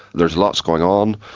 there is lots going on.